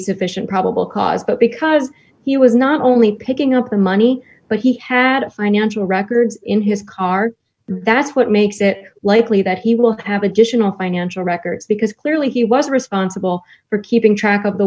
sufficient probable cause but because he was not only picking up the money but he had a financial records in his car that's what makes it likely that he will have additional financial records because clearly he was responsible for keeping track of the